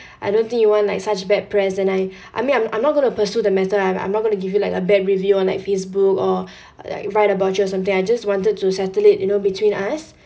I don't think you want like such bad press and I I mean I'm I'm not going to pursue the matter I'm I'm not going to give you like a bad review on like Facebook or like write about you or something I just wanted to settle it you know between us